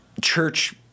church